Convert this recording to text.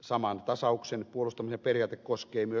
saman tasauksen puolustamisen periaate koskee myös maatalouspolitiikkaa